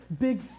big